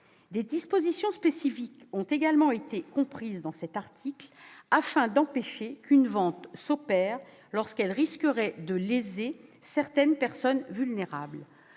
Des dispositions spécifiques ont également été comprises dans cet article afin d'empêcher qu'une vente s'opère lorsqu'elle risquerait de léser certaines personnes vulnérables.